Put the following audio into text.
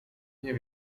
nie